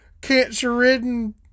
cancer-ridden